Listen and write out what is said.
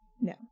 No